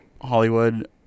hollywood